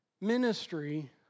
Ministry